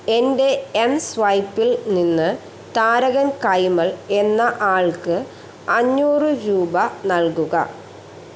എന്റെ എം സ്വൈപ്പിൽ നിന്ന് താരകൻ കൈമൾ എന്ന ആൾക്ക് അഞ്ഞൂറ് രൂപ നൽകുക